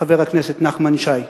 חבר הכנסת נחמן שי,